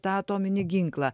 tą atominį ginklą